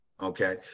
Okay